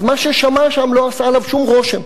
אז מה ששמע שם לא עשה עליו שום רושם.